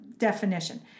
definition